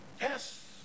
Yes